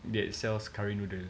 that sells curry noodle